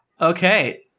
Okay